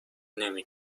نمی